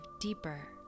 deeper